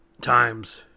times